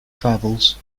travels